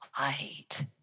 light